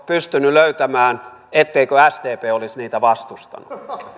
pystynyt löytämään etteikö sdp olisi niitä vastustanut